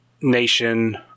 nation